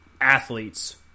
athletes